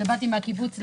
כשבאתי מהקיבוץ לכאן,